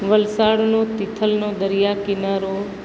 વલસાડનો તિથલનો દરિયાકિનારો